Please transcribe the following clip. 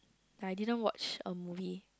that I didn't watch a movie